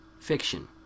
fiction